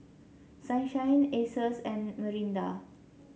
Sunshine Asus and Mirinda